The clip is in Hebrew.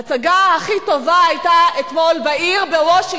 ההצגה הכי טובה בעיר היתה אתמול בוושינגטון,